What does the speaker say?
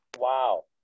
Wow